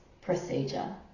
procedure